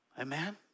Amen